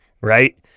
right